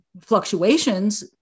fluctuations